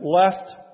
left